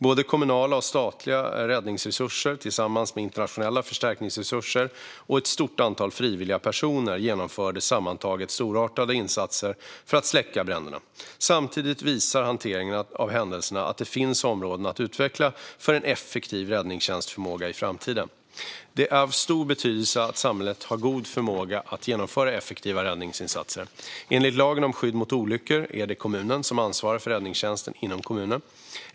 Både kommunala och statliga räddningstjänstresurser, tillsammans med internationella förstärkningsresurser och ett stort antal frivilliga personer, genomförde sammantaget storartade insatser för att släcka bränderna. Samtidigt visade hanteringen av händelserna att det finns områden att utveckla för en effektivare räddningstjänstförmåga i framtiden. Det är av stor betydelse att samhället har god förmåga att genomföra effektiva räddningsinsatser. Enligt lagen om skydd mot olyckor är det kommunen som ansvarar för räddningstjänsten inom kommunen.